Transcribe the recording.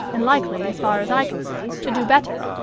and likely, as far as i can see, to do better.